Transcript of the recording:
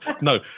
No